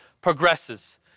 progresses